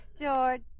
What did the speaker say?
George